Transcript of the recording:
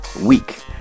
week